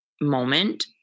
moment